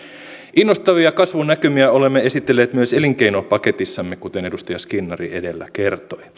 innostavia kasvunnäkymiä olemme esitelleet myös elinkeinopaketissamme kuten edustaja skinnari edellä kertoi